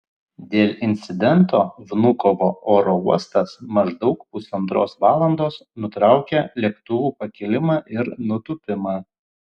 dėl incidento vnukovo oro uostas maždaug pusantros valandos nutraukė lėktuvų pakilimą ir nutūpimą